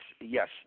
yes